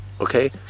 okay